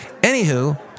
Anywho